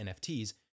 NFTs